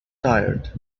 tired